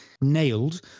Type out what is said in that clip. nailed